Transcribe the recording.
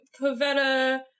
Pavetta